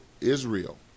Israel